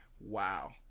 Wow